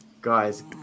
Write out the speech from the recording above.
guys